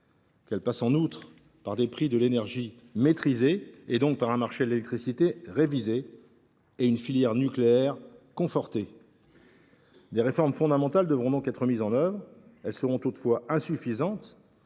Qu’elle passe, en outre, par des prix de l’énergie maîtrisés, donc par un marché de l’électricité révisé et une filière nucléaire confortée. Des réformes fondamentales devront donc être mises en œuvre. Elles seront toutefois insuffisantes